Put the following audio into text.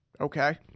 okay